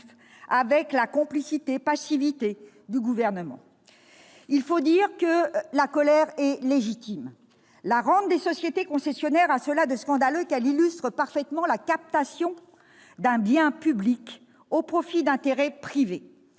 avec la complicité/passivité du Gouvernement. Il faut dire que la colère est légitime : la rente des sociétés concessionnaires a cela de scandaleux qu'elle illustre parfaitement la captation d'un bien public au profit d'intérêts privés.